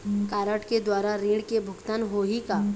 Card के द्वारा ऋण के भुगतान होही का?